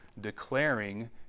declaring